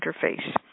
interface